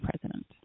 president